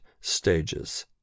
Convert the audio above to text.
stages